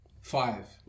Five